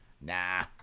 Nah